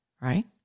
right